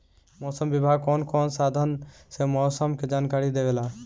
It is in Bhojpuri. मौसम विभाग कौन कौने साधन से मोसम के जानकारी देवेला?